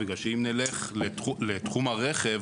כי אם נלך לתחום הרכב,